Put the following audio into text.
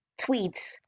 tweets